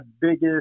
biggest